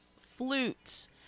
flutes